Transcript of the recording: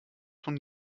von